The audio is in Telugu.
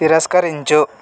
తిరస్కరించు